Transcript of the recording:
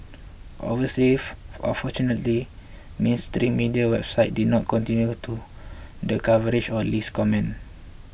obviously or fortunately mainstream media websites did not continue the coverage on Lee's comments